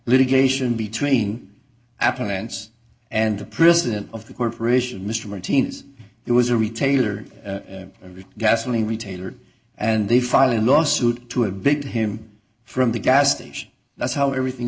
litigation between apple nance and the president of the corporation mr martinez it was a retailer of a gasoline retailer and they filed a lawsuit to a big him from the gas station that's how everything